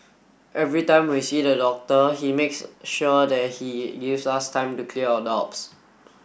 every time we see the doctor he makes sure that he gives us time to clear our doubts